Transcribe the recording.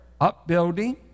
upbuilding